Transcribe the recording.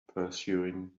pursuing